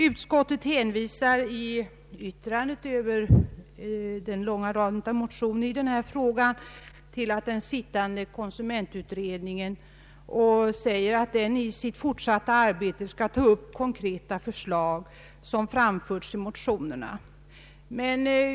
Utskottet hänvisar i utlåtandet över den långa raden av motioner i denna fråga till den sittande konsumentutredningen och förklarar att den i sitt fortsatta arbete skall ta upp de konkreta förslag som har framförts i motionerna.